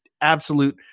Absolute